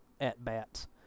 at-bats